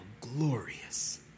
glorious